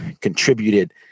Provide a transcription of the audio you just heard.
contributed